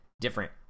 different